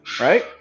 Right